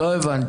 לא הבנתי.